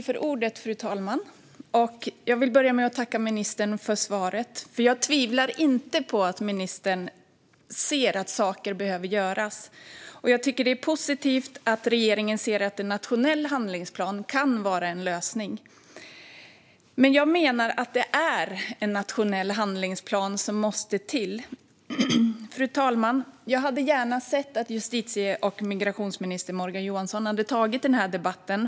Fru talman! Jag vill börja med att tacka ministern för svaret. Jag tvivlar inte på att ministern ser att saker behöver göras, och jag tycker att det är positivt att regeringen ser att en nationell handlingsplan kan vara en lösning. Jag menar att det är just en nationell handlingsplan som måste till. Fru talman! Jag hade dock gärna sett att justitie och migrationsminister Morgan Johansson hade tagit den här debatten.